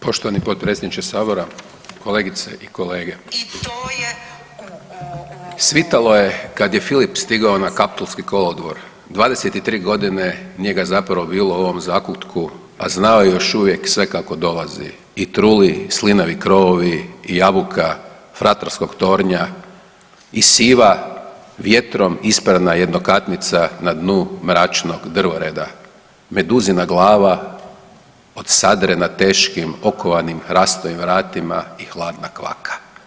Poštovani potpredsjedniče sabora, kolegice i kolege, svitalo je je kad je Filip stigao na kaptolski kolodvor, 23 godine nije ga zapravo bilo u ovom zakutku, a znao je još uvijek sve kako dolazi i truli slinavi krovovi i jabuka fratarskog tornja i siva vjetrom isprana jednokatnica na dnu mračnog dvoreda, meduzina glava od sadrena teškim okovanim hrastovim vratima i hladna kvaka.